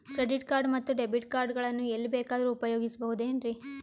Credit card ಮತ್ತು debit card ಗಳನ್ನು ಎಲ್ಲಿ ಬೇಕಾದ್ರು ಉಪಯೋಗಿಸಬಹುದೇನ್ರಿ?